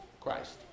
Christ